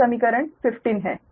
यह समीकरण 15 है